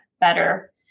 better